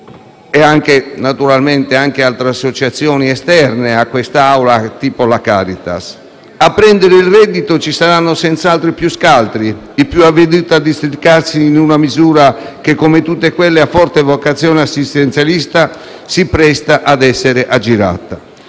che naturalmente - fuori da quest'Aula - da associazioni come la Caritas. A prendere il reddito ci saranno senz'altro i più scaltri, i più avveduti a districarsi in una misura che, come tutte quelle a forte vocazione assistenzialista, si presta ad essere aggirata.